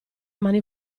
mani